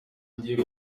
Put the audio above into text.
ngiye